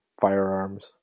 firearms